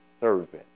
servant